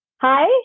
hi